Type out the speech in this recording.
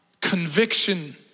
conviction